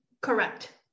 Correct